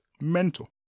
mental